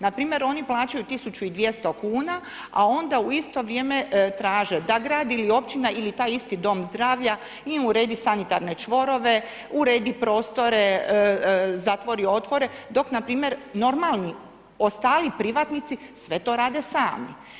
Npr. oni plaćaju 1200 kuna, a onda u isto vrijeme traže da grad ili općina ili taj isti dom zdravlja im uredi sanitarne čvorove, uredi prostore, zatvori otvore, dok npr. normali ostali privatnici sve to rade sami.